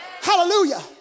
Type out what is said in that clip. Hallelujah